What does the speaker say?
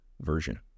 version